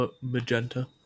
magenta